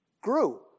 grew